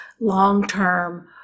long-term